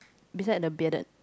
beside the bearded